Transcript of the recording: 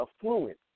affluent